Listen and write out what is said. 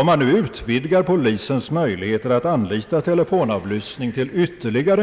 Om man nu utvidgar polisens möjligheter att anlita telefonavlyssning till ytterligare